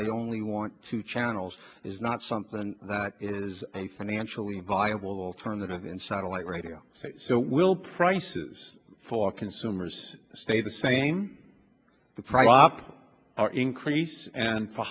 they only want two channels is not something that is a financially viable alternative in satellite radio so will prices for consumers stay the same prop or increase and for